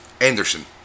Anderson